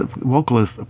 vocalist